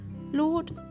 Lord